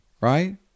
right